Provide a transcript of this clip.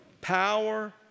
Power